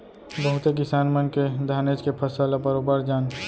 बहुते किसान मन के धानेच के फसल ल बरोबर जान